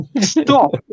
Stop